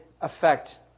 effect